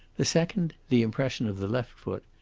the second, the impression of the left foot,